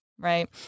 Right